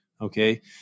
Okay